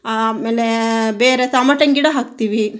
ಆಮೇಲೇ ಬೇರೆ ಟಮಟ ಹಣ್ಣು ಗಿಡ ಹಾಕ್ತೀವಿ